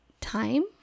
time